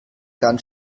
ganz